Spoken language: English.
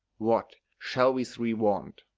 what shall we three want?